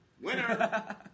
winner